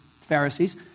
Pharisees